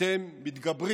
אתם מתגברים